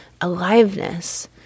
Aliveness